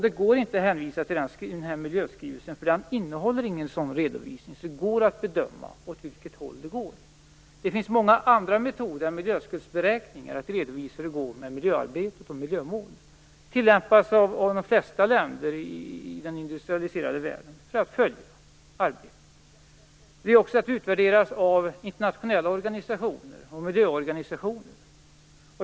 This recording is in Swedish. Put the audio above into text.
Det går inte att hänvisa till miljöskrivelsen, eftersom den inte innehåller någon sådan redovisning att det går att bedöma åt vilket håll det går. Det finns många andra metoder än miljöskuldsberäkningar för att redovisa hur det går med miljöarbetet och miljömålet. Det tillämpas av de flesta länder i den industrialiserade världen för att följa arbetet. Det skall också utvärderas av internationella organisationer och miljöorganisationer.